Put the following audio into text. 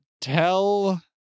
tell